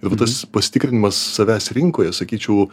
ir tas pasitikrinimas savęs rinkoje sakyčiau